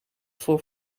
voor